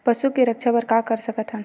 पशु के रक्षा बर का कर सकत हन?